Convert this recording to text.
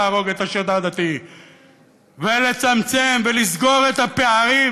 להרוג את השד העדתי ולצמצם ולסגור את הפערים,